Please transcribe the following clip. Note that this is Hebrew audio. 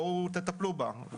בואו תטפלו בה.